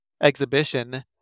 exhibition